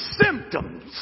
symptoms